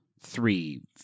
three